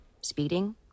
Speeding